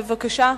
בבקשה.